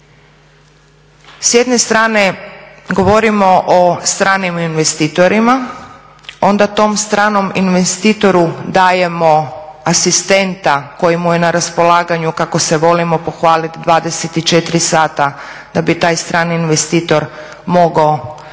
S jedne strane govorimo o stranim investitorima, onda tom stranom investitoru dajemo asistenta koji mu je na raspolaganju kako se volimo pohvaliti 24 sata, da bi taj strani investitor mogao